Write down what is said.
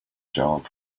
job